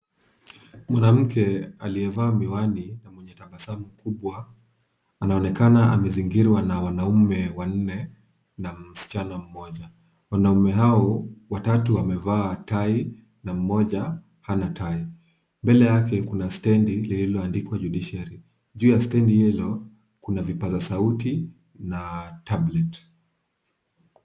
Mwanamke aliyevaa miwani na mwenye tabasamu kubwa anaonekana amezingirwa na wanaume wanne na msichana mmoja. Wanaume hao watatu wamevaa tai na mmoja hana tai. Mbele yake kuna stendi iliyoandikwa judiciary . Juu ya stendi hilo kuna vipaza sauti na tablet .